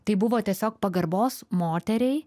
tai buvo tiesiog pagarbos moteriai